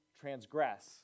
transgress